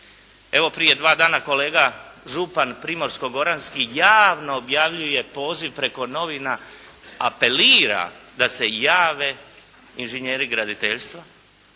Evo prije dva dana kolega župan primorsko-goranski javno objavljuje poziv preko novina, apelira da se jave inženjeri graditeljstva,